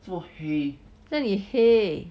这样也黑